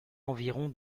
environ